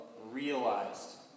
realized